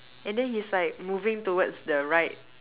and then he's like moving towards the right